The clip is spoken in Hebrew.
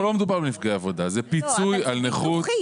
פה לא מדובר על נפגעי עבודה, זה פיצוי על נכות.